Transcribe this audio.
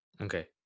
Okay